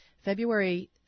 February